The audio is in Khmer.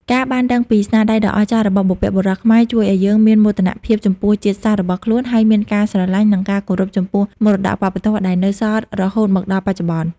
ការបានដឹងពីស្នាដៃដ៏អស្ចារ្យរបស់បុព្វបុរសខ្មែរជួយឲ្យយើងមាន មោទនភាពចំពោះជាតិសាសន៍របស់ខ្លួន ហើយមានការស្រឡាញ់ និងការគោរពចំពោះមរតកវប្បធម៌ដែលនៅសល់រហូតមកដល់បច្ចុប្បន្ន។